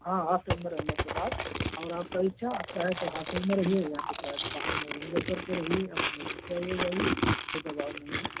हाँ हास्टल में रहने के बाद और आप पर इच्छा आप चाहें तो हास्टल में रहिए या फिर बाहर में रूम लेकर के रहिए अपने रूम से आइए जाइए कोई दबाव नहीं है